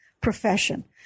profession